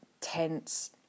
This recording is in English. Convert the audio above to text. tense